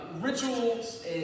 rituals